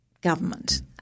government